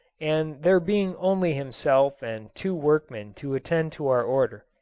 and there being only himself and two workmen to attend to our order.